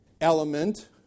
element